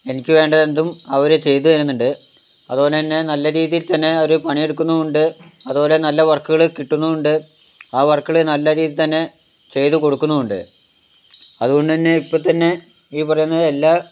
എനിക്ക് വേണ്ടതെന്തും അവർ ചെയ്തു തരുന്നുണ്ട് അതുപോലെതന്നെ നല്ല രീതിയിൽ തന്നെ അവർ പണിയെടുക്കുന്നുമുണ്ട് അതുപോലെ നല്ല വർക്കുകൾ കിട്ടുന്നുമുണ്ട് ആ വർക്കുകൾ നല്ല രീതിയിൽതന്നെ ചെയ്തു കൊടുക്കുന്നുമുണ്ട് അതുകൊണ്ടു തന്നെ ഇപ്പോൾത്തന്നെ ഈ പറയുന്ന എല്ലാ